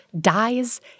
dies